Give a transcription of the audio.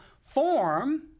form